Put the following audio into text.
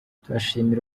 turashimira